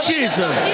Jesus